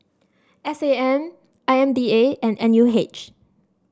S A M I M D A and N U H